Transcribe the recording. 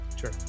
Sure